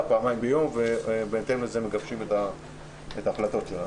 פעמיים ביום ובהתאם לזה מגבשים את ההחלטות שלנו.